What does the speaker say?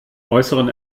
äußeren